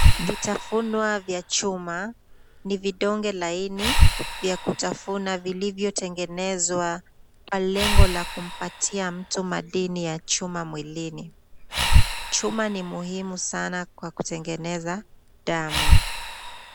Vitafunwa vya chuma ni vidonge laini vya kutafuna vilivyotengenezwa kwa lengo la kumpatia mtu madini ya chuma mwilini. Chuma ni muhimu sana kwa kutengeneza damu.